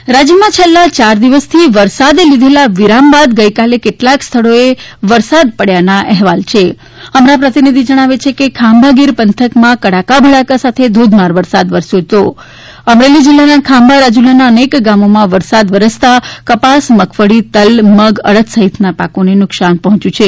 વરસાદ વીજળી રાજ્યમાં છેલ્લા યાર દિવસથી વરસાદે લીધેલા વિરામ બાદ ગઈકાલે કેટલાક સ્થળોએ વરસાદ પડવાના અહેવાલ છે અમારા પ્રતિનિધિ જણાવે છે કે ખાંભા ગીર પંથકમાં કડાકા ભડાકા સાથે ધોધમાર વરસાદ વરસ્યો છે અમરેલી જિલ્લાના ખાંભા રાજૂલાના અનેક ગામોમાં વરસાદ વરસતા કપાસ મગફળી તલ મગ અડદ સહિતના પાકોને નુકશાન પહોંચ્યું છે